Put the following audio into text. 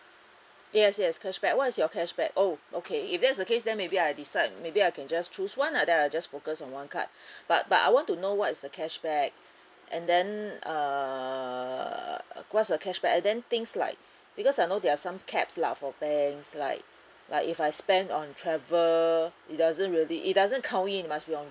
yes yes cashback what is your cashback oh okay if that's the case then maybe I decide maybe I can just choose one lah then I'll just focus on one card but but I want to know what is the cashback and then err what's the cashback and then things like because I know there are some caps lah for banks like like if I spend on travel it doesn't really it doesn't count in it must be on